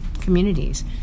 communities